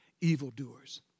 Evildoers